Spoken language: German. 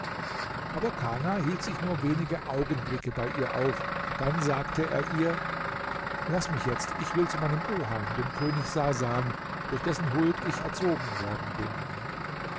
aber kana hielt sich nur wenige augenblicke bei ihr auf dann sagte er ihr laß mich jetzt ich will zu meinem oheim dem könig sasan durch dessen huld ich erzogen worden bin